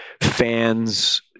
fans